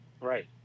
Right